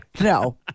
No